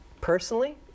personally